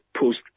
post